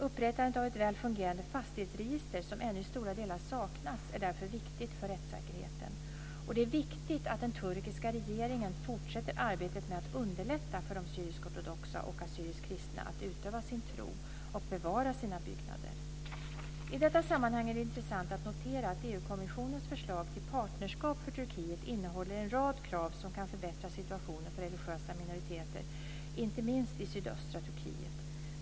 Upprättandet av ett väl fungerande fastighetsregister, som ännu i stora delar saknas, är därför viktigt för rättssäkerheten. Det är viktigt att den turkiska regeringen fortsätter arbetet med att underlätta för de syrisk-ortodoxa och assyriskt kristna att utöva sin tro och bevara sina byggnader. I detta sammanhang är det intressant att notera att EU-kommissionens förslag till partnerskap för Turkiet innehåller en rad krav som kan förbättra situationen för religiösa minoriteter, inte minst i sydöstra Turkiet.